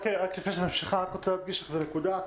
לפני שאת ממשיכה אני רק רוצה להדגיש איזו נקודה.